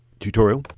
tutorial.